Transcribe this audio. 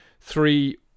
three